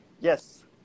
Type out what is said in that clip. Yes